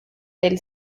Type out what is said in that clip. del